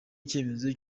icyemezo